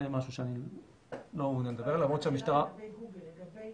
הייתה גם שאלה לגבי